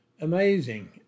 Amazing